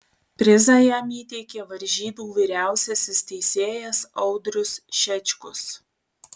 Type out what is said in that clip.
prizą jam įteikė varžybų vyriausiasis teisėjas audrius šečkus